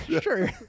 Sure